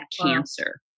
cancer